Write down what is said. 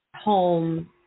home